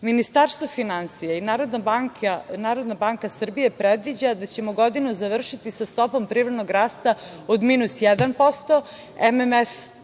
Ministarstvo finansija i Narodna banka Srbije predviđaju da ćemo godinu završiti sa stopom privrednog rasta od minus 1%, MMF